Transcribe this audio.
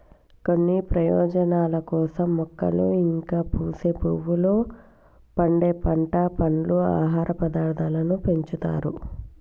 కొన్ని ప్రయోజనాల కోసం మొక్కలు ఇంకా పూసే పువ్వులు, పండే పంట, పండ్లు, ఆహార పదార్థాలను పెంచుతారు